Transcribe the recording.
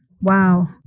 Wow